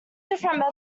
different